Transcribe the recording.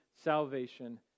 salvation